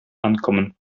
ankommen